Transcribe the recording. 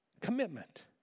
Commitment